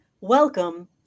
Welcome